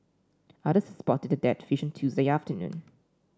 others spotted the dead fish on Tuesday afternoon